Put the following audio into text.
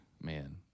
man